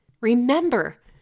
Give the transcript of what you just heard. Remember